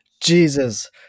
Jesus